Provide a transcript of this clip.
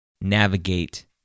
navigate